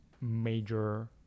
major